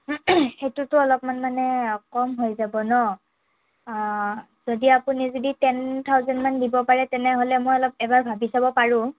সেইটোতো অলপমান মানে কম হৈ যাব ন যদি আপুনি যদি টেন থাউজেণমান দিব পাৰে তেনেহ'লে মই অলপ এবাৰ ভাবি চাব পাৰো